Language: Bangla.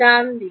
ডানদিকে